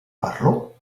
parlo